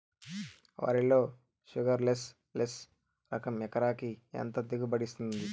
వరి లో sugarless less రకం ఎకరాకి ఎంత దిగుబడినిస్తుంది